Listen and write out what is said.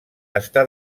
està